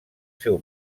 seu